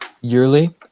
yearly